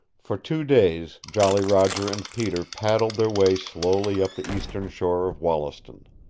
for two days jolly roger and peter paddled their way slowly up the eastern shore of wollaston.